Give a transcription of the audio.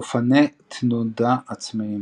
אופני תנודה עצמיים